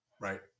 right